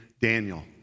Daniel